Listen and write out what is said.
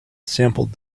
sampled